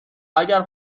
اگر